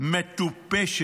מטופשת,